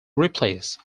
replaced